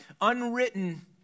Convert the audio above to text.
unwritten